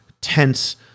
tense